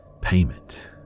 Payment